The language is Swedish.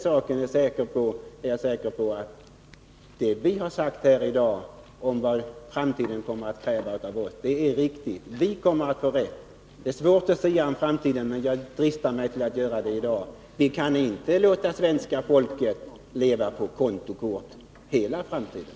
Jag är säker på att vad vi har sagt här i dag om vad framtiden kommer att kräva är riktigt. Vi kommer att få rätt. Det är svårt att sia om framtiden, men jag skall drista mig till att göra det i dag. Vi kan inte låta svenska folket leva helt på kontokort i framtiden.